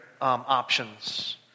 options